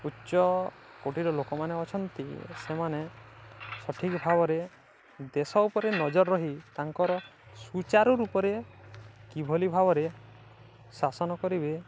ଉଚ୍ଚକୋଟିର ଲୋକମାନେ ଅଛନ୍ତି ସେମାନେ ସଠିକ୍ ଭାବରେ ଦେଶ ଉପରେ ନଜର ରହି ତାଙ୍କର ସୁଚାରୁ ରୂପରେ କିଭଳି ଭାବରେ ଶାସନ କରିବେ